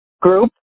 group